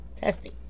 testing